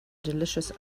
delicious